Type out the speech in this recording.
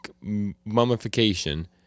mummification